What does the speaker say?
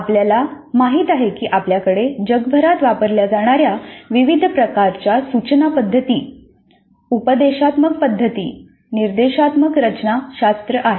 आपल्याला माहित आहे की आपल्याकडे जगभरात वापरल्या जाणाऱ्या विविध प्रकारच्या सूचना पद्धती उपदेशात्मक पद्धती निर्देशात्मक रचना शास्त्र आहेत